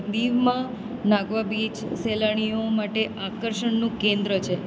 દીવમાં નાગવા બીચ સહેલાણીઓ માટે આકર્ષણનું કેન્દ્ર છે